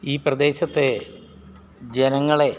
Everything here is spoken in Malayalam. ഈ പ്രദേശത്തെ ജനങ്ങളെ